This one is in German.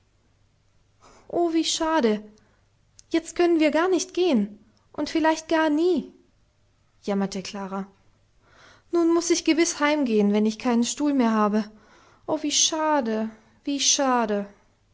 oh wie schade jetzt können wir gar nicht gehen und vielleicht gar nie jammerte klara nun muß ich gewiß heimgehen wenn ich keinen stuhl mehr habe oh wie schade wie schade